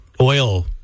oil